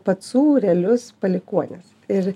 pacų realius palikuonis ir